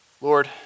Lord